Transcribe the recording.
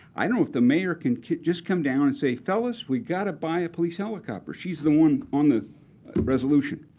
i don't know if the mayor can can just come down and say, fellas, we gotta buy a police helicopter. she's the one on the resolution.